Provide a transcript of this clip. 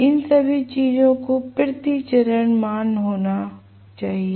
इन सभी चीजों को प्रति चरण मान होना चाहिए